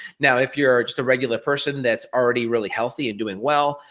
now if you're just a regular person that's already really healthy and doing well,